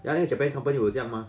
ya 那个 Japanese company 我这样 mah